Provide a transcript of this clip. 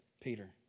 Peter